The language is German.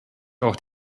auch